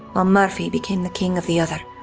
while murphy became the king of the other.